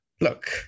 look